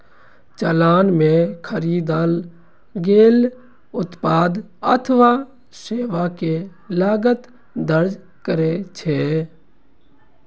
चालान मे खरीदल गेल उत्पाद अथवा सेवा के लागत दर्ज रहै छै